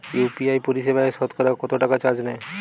UPI পরিসেবায় সতকরা কতটাকা চার্জ নেয়?